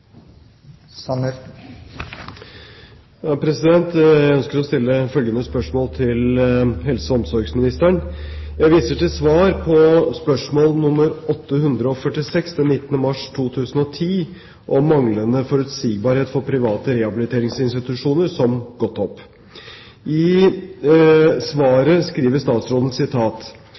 viser til svar på skriftlig spørsmål nr. 846 den 19. mars 2010 om manglende forutsigbarhet for private rehabiliteringsinstitusjoner som Godthaab. I svaret skriver statsråden: